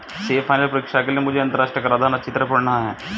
CA final परीक्षा के लिए मुझे अंतरराष्ट्रीय कराधान अच्छी तरह पड़ना है